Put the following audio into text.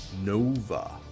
Nova